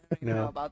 no